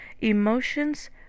Emotions